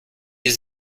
has